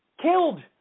killed